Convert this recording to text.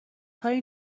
های